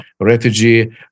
refugee